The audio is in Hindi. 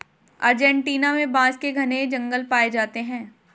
अर्जेंटीना में बांस के घने जंगल पाए जाते हैं